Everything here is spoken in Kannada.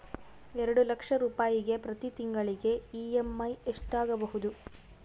ಎರಡು ಲಕ್ಷ ರೂಪಾಯಿಗೆ ಪ್ರತಿ ತಿಂಗಳಿಗೆ ಇ.ಎಮ್.ಐ ಎಷ್ಟಾಗಬಹುದು?